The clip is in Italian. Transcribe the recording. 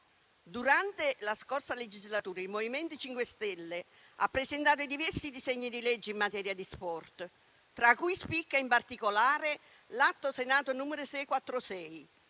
Durante la passata legislatura, il MoVimento 5 Stelle ha presentato diversi disegni di leggi in materia di sport, tra cui spicca in particolare l'Atto Senato 646,